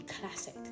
classic